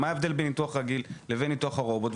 מה ההבדל בין ניתוח רגיל לבין ניתוח הרובוט.